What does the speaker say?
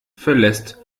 verlässt